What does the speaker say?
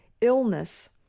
illness